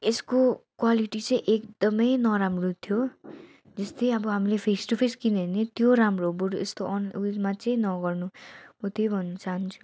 यसको क्वालिटी चाहिँ एकदमै नराम्रो थियो जस्तै अब हामले फेस टू फेस किनेभने त्यो राम्रो बरु यस्तो अन उयोमा चाहिँ नगर्नु हो त्यही भन्न चाहन्छु